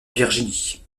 virginie